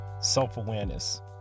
Self-awareness